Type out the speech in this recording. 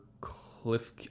Cliff